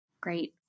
Great